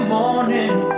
morning